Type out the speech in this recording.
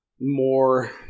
more